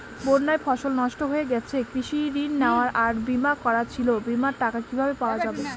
বন্যায় ফসল নষ্ট হয়ে গেছে কৃষি ঋণ নেওয়া আর বিমা করা ছিল বিমার টাকা কিভাবে পাওয়া যাবে?